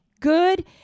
good